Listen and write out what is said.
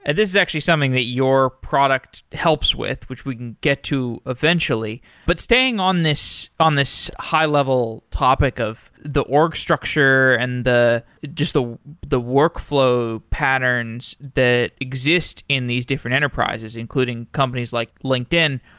and this is actually something that your products helps with, which we can get to eventually. but staying on this on this high-level topic of the org structure and just the the workflow patterns that exist in these different enterprises, including companies like linkedin.